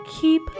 keep